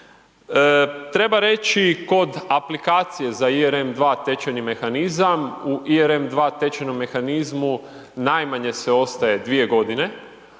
Treba reći kod aplikacije ERM 2 tečajni mehanizam, u ERM tečajnom mehanizmu najmanje se ostaje 2 g.,